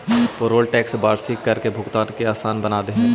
payroll tax वार्षिक कर भुगतान के असान बना दे हई